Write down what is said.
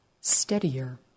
steadier